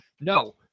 No